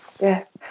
Yes